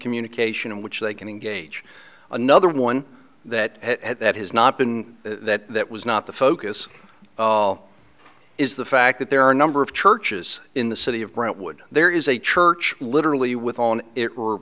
communication in which they can engage another one that that has not been that that was not the focus is the fact that there are a number of churches in the city of brentwood there is a church literally with on it were